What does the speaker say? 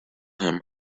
him